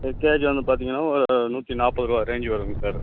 ஒரு கேஜி வந்து பார்த்தீங்கன்னா ஒரு நூற்றி நாற்பது ரூபா ரேஞ்சு வரும்ங்க சார்